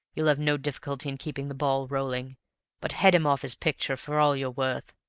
you'll have no difficulty in keeping the ball rolling but head him off his picture for all you're worth.